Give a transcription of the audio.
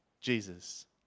Jesus